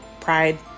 Pride